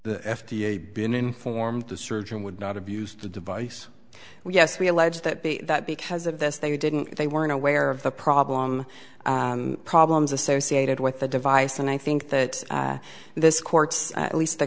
the f d a been informed the surgeon would not have used the device yes we allege that that because of this they didn't they weren't aware of the problem and problems associated with the device and i think that this court at least the